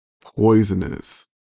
poisonous